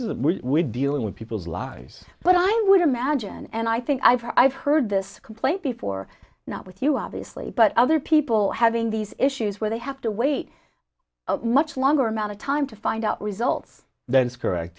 is dealing with people's lives but i would imagine and i think i've heard i've heard this complaint before not with you obviously but other people having these issues where they have to wait much longer amount of time to find out results that's correct